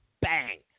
Bang